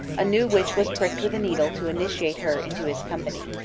a new witch was pricked with a needle to initiate her into his company.